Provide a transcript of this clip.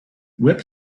whip